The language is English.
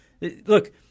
look